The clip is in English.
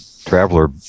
traveler